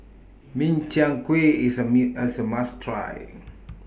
Min Chiang Kueh IS A Me as A must Try